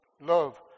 love